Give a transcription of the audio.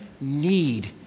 need